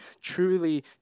truly